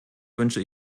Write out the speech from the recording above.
wünsche